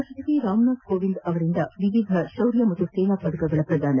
ರಾಷ್ಟಪತಿ ರಾಮನಾಥ್ ಕೋವಿಂದ್ ಅವರಿಂದ ವಿವಿಧ ಶೌರ್ಯ ಹಾಗೂ ಸೇನಾ ಪದಕಗಳ ಪ್ರದಾನ